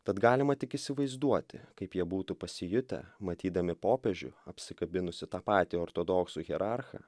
tad galima tik įsivaizduoti kaip jie būtų pasijutę matydami popiežių apsikabinusį tą patį ortodoksų hierarchą